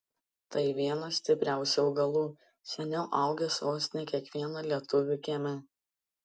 tai vienas stipriausių augalų seniau augęs vos ne kiekvieno lietuvio kieme